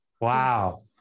Wow